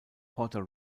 porter